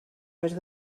més